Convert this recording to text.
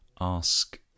ask